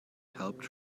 helped